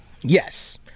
Yes